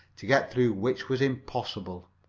to get through which was impossible.